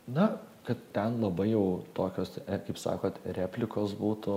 na kad ten labai jau tokios kaip sakot replikos būtų